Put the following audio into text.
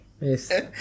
Yes